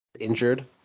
Injured